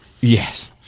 Yes